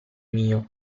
mio